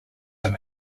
him